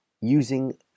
using